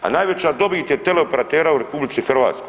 A najveća dobit je teleoperatera u RH.